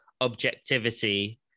objectivity